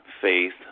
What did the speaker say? faith